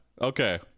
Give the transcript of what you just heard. Okay